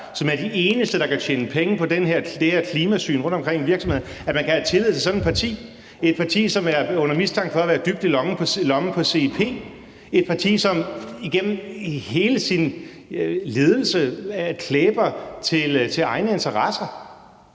som er de eneste, der kan tjene penge på det her klimasyn rundtomkring i virksomhederne? Kan man have tillid til sådan et parti? Det er et parti, som er under mistanke for at være dybt i lommen på CIP, et parti, som gennem hele sin ledelse klæber til egne interesser.